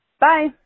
Bye